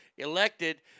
Elected